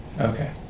Okay